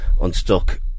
unstuck